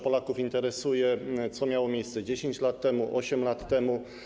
Polaków nie interesuje, co miało miejsce 10 lat temu, 8 lat temu.